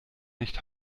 nicht